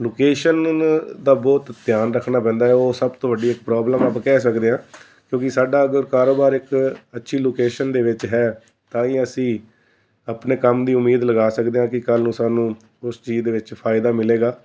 location ਦਾ ਬਹੁਤ ਧਿਆਨ ਰੱਖਣਾ ਪੈਂਦਾ ਉਹ ਸਭ ਤੋਂ ਵੱਡੀ ਇੱਕ ਪ੍ਰੋਬਲਮ ਆਪਾਂ ਕਹਿ ਸਕਦੇ ਹਾਂ ਕਿਉਂਕਿ ਸਾਡਾ ਅਗਰ ਕਾਰੋਬਾਰ ਇਕ ਅੱਛੀ ਲੋਕੇਸ਼ਨ ਦੇ ਵਿੱਚ ਹੈ ਤਾਂ ਹੀ ਅਸੀਂ ਆਪਣੇ ਕੰਮ ਦੀ ਉਮੀਦ ਲਗਾ ਸਕਦੇ ਹਾਂ ਕਿ ਕੱਲ੍ਹ ਨੂੰ ਸਾਨੂੰ ਉਸ ਚੀਜ਼ ਦੇ ਵਿੱਚ ਫਾਇਦਾ ਮਿਲੇਗਾ